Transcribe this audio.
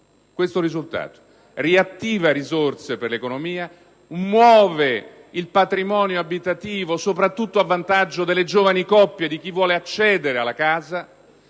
questo risultato: riattiva risorse per l'economia, muove il patrimonio abitativo soprattutto a vantaggio delle giovani coppie, di chi vuole accedere alla casa,